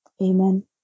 Amen